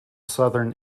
southern